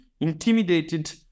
intimidated